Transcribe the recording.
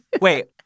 Wait